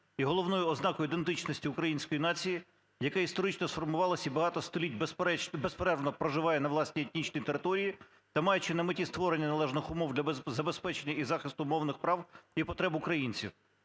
і головною ознакою ідентичності української нації, яка історично сформувалась і багато століть безперервно проживає на власній етнічній території, та маючи на меті створення належних умов для забезпечення і захисту мовних прав і потреб українців;".